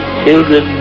children